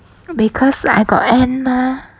because like I got ann mah